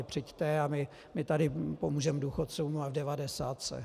Přijďte a my tady pomůžeme důchodcům v devadesátce.